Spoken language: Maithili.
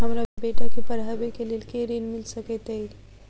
हमरा बेटा केँ पढ़ाबै केँ लेल केँ ऋण मिल सकैत अई?